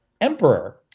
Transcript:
emperor